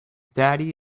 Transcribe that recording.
daddy